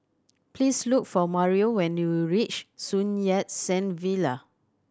please look for Mario when you reach Sun Yat Sen Villa